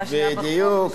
בדיוק,